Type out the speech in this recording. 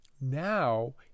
Now